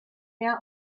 are